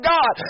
God